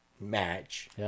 match